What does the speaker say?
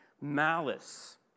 malice